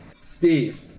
Steve